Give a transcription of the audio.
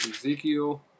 Ezekiel